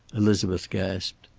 elizabeth gasped.